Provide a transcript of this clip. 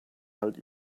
halt